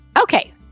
Okay